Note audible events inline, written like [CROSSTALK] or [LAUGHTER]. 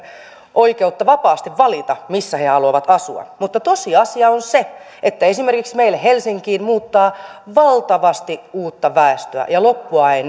oikeutta vapaasti valita missä he haluavat asua mutta tosiasia on se että esimerkiksi meille helsinkiin muuttaa valtavasti uutta väestöä ja loppua ei [UNINTELLIGIBLE]